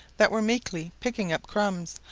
that were meekly picking up crumbs,